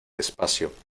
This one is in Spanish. espacio